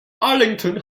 arlington